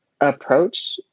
approach